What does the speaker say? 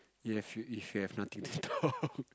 ya if you have nothing to do